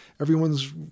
everyone's